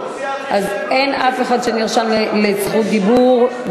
אז אין אף אחד שנרשם לרשות דיבור.